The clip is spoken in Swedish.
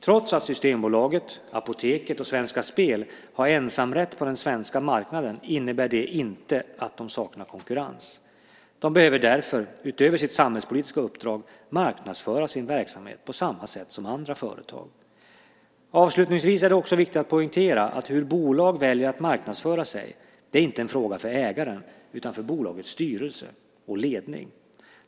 Trots att Systembolaget, Apoteket och Svenska Spel har ensamrätt på den svenska marknaden innebär det inte att de saknar konkurrens. De behöver därför, utöver sitt samhällspolitiska uppdrag, marknadsföra sin verksamhet på samma sätt som andra företag. Avslutningsvis är det också viktigt att poängtera att hur bolag väljer att marknadsföra sig inte är en fråga för ägaren utan för bolagets styrelse och ledning.